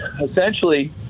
essentially